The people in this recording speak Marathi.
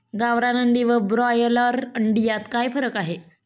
गावरान अंडी व ब्रॉयलर अंडी यात काय फरक आहे?